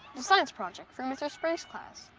the science project for mr. sprig's class.